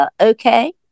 Okay